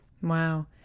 Wow